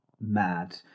mad